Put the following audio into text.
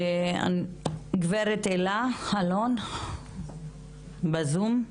גב' אלה אלון בבקשה.